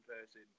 person